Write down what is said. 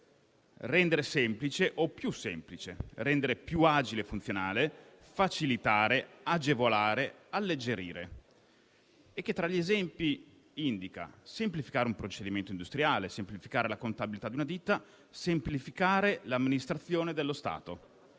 «rendere semplice o più semplice, rendere più agile e funzionale, facilitare, agevolare, alleggerire». Tra gli esempi indica: «semplificare un procedimento industriale; semplificare la contabilità di una ditta; semplificare l'amministrazione dello Stato»